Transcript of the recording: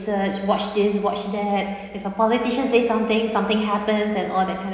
watch this watch that if a politician say something something happens and all that kind